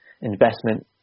investment